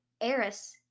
Eris